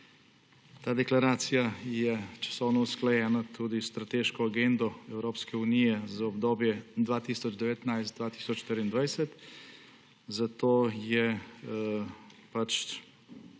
Ta deklaracija je časovno usklajena tudi s Strateško agendo Evropske unije za obdobje 2019–2024, zato je